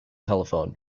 telephone